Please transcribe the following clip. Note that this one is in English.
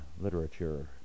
literature